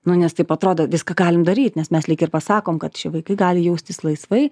nu nes taip atrodo viską galim daryt nes mes lyg ir pasakom kad vaikai gali jaustis laisvai